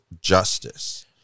Justice